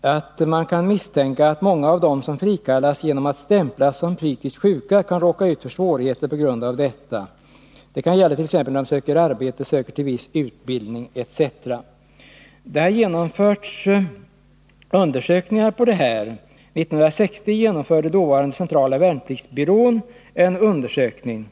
att man kan misstänka att många av dem som frikallas genom att stämplas som psykiskt sjuka kan råka ut för svårigheter på grund av detta. Det kan gälla t.ex. när de söker arbete, söker till viss utbildning etc. Det har gjorts undersökningar om det här. 1960 genomförde dåvarande centrala värnpliktsbyrån en undersökning.